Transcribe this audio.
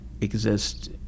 exist